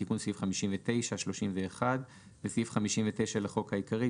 תיקון סעיף 59 31.בסעיף 59 לחוק העיקרי,